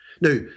Now